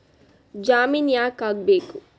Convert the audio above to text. ಜಾಮಿನ್ ಯಾಕ್ ಆಗ್ಬೇಕು?